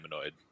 annoyed